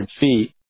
feet